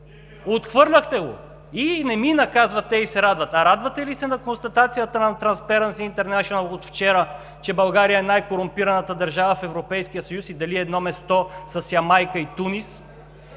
Отхвърляхте го! „И не мина – казват те, и се радват!“ А радвате ли се на констатацията на „Трансперанси интернешънъл“ от вчера, че България е най-корумпираната държава в Европейския съюз и дели едно място с Ямайка и Тунис?